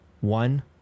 one